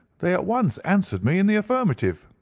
they at once answered me in the affirmative.